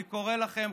אני קורא לכם,